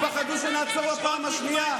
הם פחדו שנעצור בפעם השנייה.